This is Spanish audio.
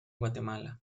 guatemala